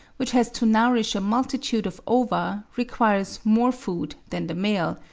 which has to nourish a multitude of ova, requires more food than the male,